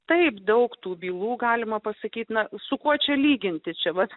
taip daug tų bylų galima pasakyti ne su kuo čia lyginti čia vat